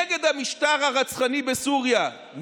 נגד המשטר הרצחני בסוריה,